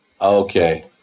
Okay